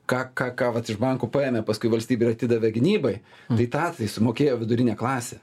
ką ką ką vat iš banko paėmė paskui valstybė ir atidavė gynybai tai tą sumokėjo vidurinė klasė